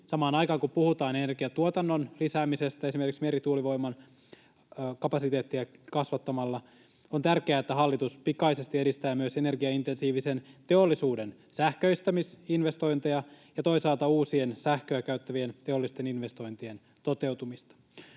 samaan aikaan, kun puhutaan energiantuotannon lisäämisestä esimerkiksi merituulivoiman kapasiteettia kasvattamalla, on tärkeää, että hallitus pikaisesti edistää myös energiaintensiivisen teollisuuden sähköistämisinvestointeja ja toisaalta uusien sähköä käyttävien teollisten investointien toteutumista.